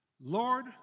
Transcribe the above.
Lord